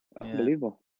Unbelievable